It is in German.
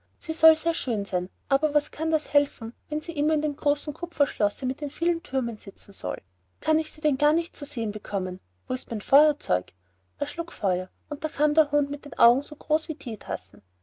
sie soll sehr schön sein aber was kann das helfen wenn sie immer in dem großen kupferschlosse mit den vielen türmen sitzen soll kann ich sie denn gar nicht zu sehen bekommen wo ist mein feuerzeug er schlug feuer und da kam der hund mit den augen so groß wie theetassen